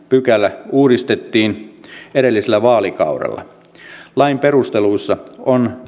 pykälä uudistettiin edellisellä vaalikaudella lain perusteluissa on